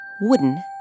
wooden